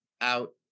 out